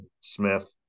Smith